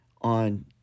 on